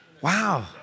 Wow